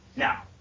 Now